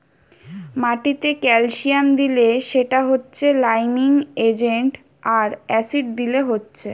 মাটিতে ক্যালসিয়াম দিলে সেটা হচ্ছে লাইমিং এজেন্ট আর অ্যাসিড দিলে হচ্ছে